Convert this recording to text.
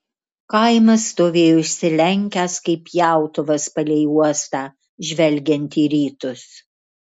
kaimas stovėjo išsilenkęs kaip pjautuvas palei uostą žvelgiantį į rytus